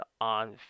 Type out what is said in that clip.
on